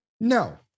No